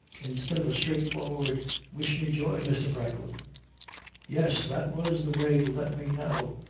instead of a straightforward wish me joy, mr. franklin yes, that was the way to let me know.